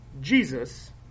Jesus